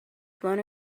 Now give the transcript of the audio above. blown